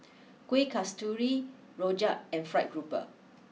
Kuih Kasturi Rojak and Fried grouper